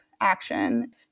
action